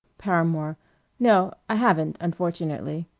paramore no, i haven't unfortunately.